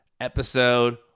episode